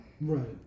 Right